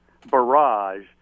barrage